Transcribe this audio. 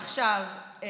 עכשיו,